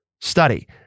study